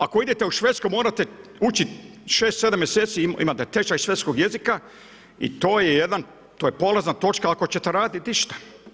Ako idete u Švedsku, morate učiti 6,7 mjeseci, imate tečaj švedskoj jezika i to je jedan, to je polazna točka ako ćete raditi išta.